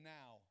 now